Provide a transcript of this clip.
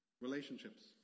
Relationships